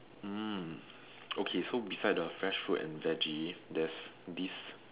hmm okay so beside the fresh fruit and veggie there's this